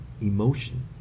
emotion